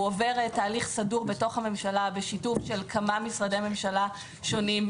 הוא עובר תהליך סדור בתוך הממשלה בשיתוף של כמה משרדי ממשלה שונים,